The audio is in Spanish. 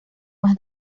más